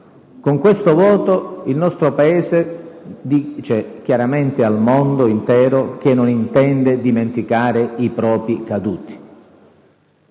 Con questo voto il nostro Paese dice chiaramente al mondo intero che non intende dimenticare i propri caduti.